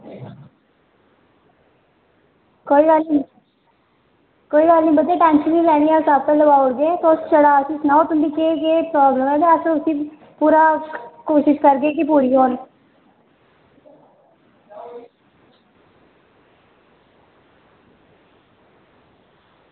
कोई गल्ल निं कोई गल्ल निं बच्चे टेंशन निं लैंदे कताबां लेई आई ओड़गे छड़ा सनाओ कि तुं'दी केह् केह् प्रॉब्लम ऐ अस उसगी पूरा कोशिश करगे कि पूरी होग